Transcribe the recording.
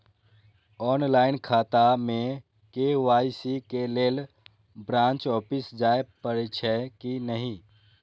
Online खाता में KYC के लेल ब्रांच ऑफिस जाय परेछै कि नहिं?